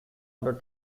order